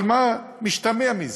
אבל מה משתמע מזה?